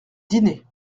dîner